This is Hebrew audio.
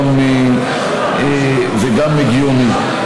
וגם הגיוני.